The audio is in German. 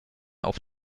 auf